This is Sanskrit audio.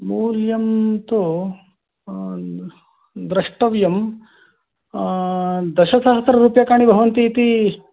मूल्यं तु द्रष्तव्यं दशसहस्ररूप्यकाणि भवन्ति इति